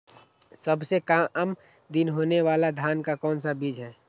सबसे काम दिन होने वाला धान का कौन सा बीज हैँ?